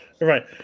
right